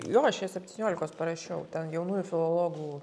jo aš ją septyniolikos parašiau ten jaunųjų filologų